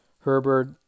Herbert